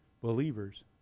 believers